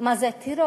מה זה טרור,